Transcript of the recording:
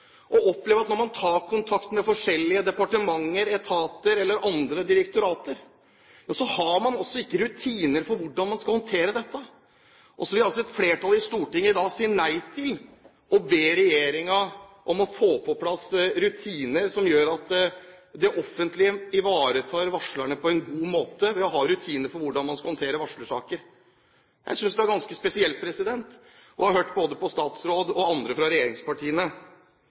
at det når man tar kontakt med forskjellige departementer, etater eller andre direktorater, ikke er rutiner for hvordan man skal håndtere dette. Og så har vi sett at flertallet i Stortinget i dag sier nei til å be regjeringen om å få på plass rutiner som gjør at det offentlige ivaretar varslerne på en god måte, ved å ha rutiner for hvordan man skal håndtere varslingssaker. Jeg synes det er ganske spesielt å høre både på statsråden og andre fra regjeringspartiene.